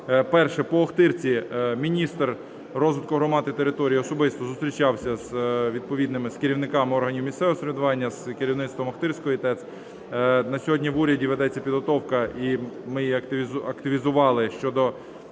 Перше, по Охтирці. Міністр розвитку громад та територій особисто зустрічався з відповідними керівниками органів місцевого самоврядування, з керівництвом Охтирської ТЕЦ. На сьогодні в уряді ведеться підготовка, і ми її активізували. Щодо